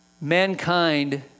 Mankind